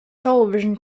television